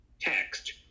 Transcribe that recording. text